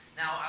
now